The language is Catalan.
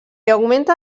augmenta